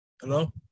Hello